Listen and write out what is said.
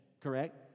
correct